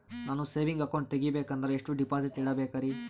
ನಾನು saving account ತೆಗಿಬೇಕಂದರ ಎಷ್ಟು ಡಿಪಾಸಿಟ್ ಇಡಬೇಕ್ರಿ?